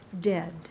dead